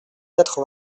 quatre